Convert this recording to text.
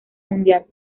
mundial